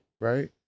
right